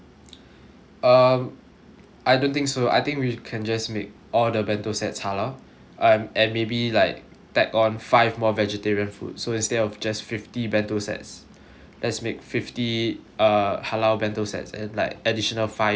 um I don't think so I think we can just make all the bento sets halal um and maybe like tag on five more vegetarian food so instead of just fifty bento sets let's make fifty uh halal bento sets and like additional five vegetarian